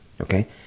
okay